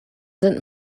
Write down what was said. sind